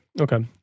Okay